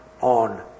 on